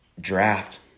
draft